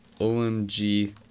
OMG